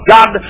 God